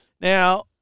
Now